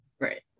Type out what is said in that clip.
right